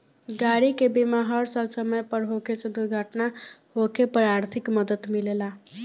गाड़ी के बीमा हर साल समय पर होखे से दुर्घटना होखे पर आर्थिक मदद मिलेला